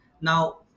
now